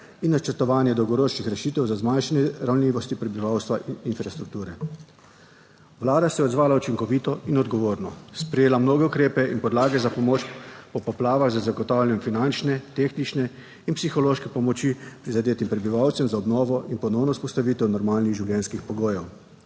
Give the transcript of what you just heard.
in načrtovanje dolgoročnih rešitev za zmanjšanje ranljivosti prebivalstva in infrastrukture. Vlada se je odzvala učinkovito in odgovorno, sprejela mnoge ukrepe in podlage za pomoč po poplavah, za zagotavljanje finančne, tehnične in psihološke pomoči prizadetim prebivalcem, za obnovo in ponovno vzpostavitev normalnih življenjskih pogojev.